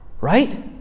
Right